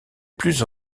plus